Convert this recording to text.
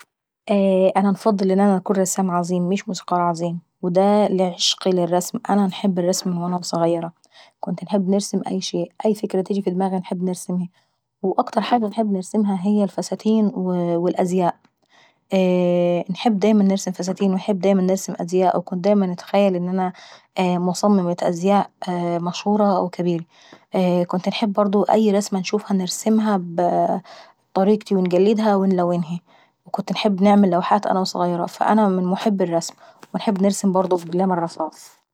انا انفضل ان انا نكون رسام عظيم مش موسيقار عظيم. ودا لحبي وعشقي للرسم وانا وظغيرة، وكنت نرسم أي شيء، أي فكرة تيجي في ضماغي لازم نرسمها. وأكتر حاجة انحب نرسمها هي الفساتين، والـأزياء. انحب دايما نرسم فساتين أو نرسم أزياء، وكنت دايما نتخيل ان انا مصممة أزياء مشهورة وكابيري. كنت انحب برضه أي رسمة نرسمها بطريقتي ونقلدها ونلونهي، وكنت انحب نعمل لوحات انا وظغيرة. فأنا من محبي الرسمونحب نرسم برضه بالقلامة الرصاص.